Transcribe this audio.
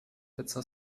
pizza